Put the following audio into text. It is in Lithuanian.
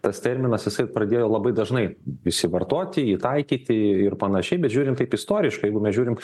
tas terminas jisai pradėjo labai dažnai visi vartoti jį taikyti ir panašiai bet žiūrint taip istoriškai jeigu mes žiūrim